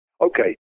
Okay